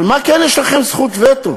על מה כן יש לכם זכות וטו?